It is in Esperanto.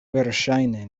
verŝajne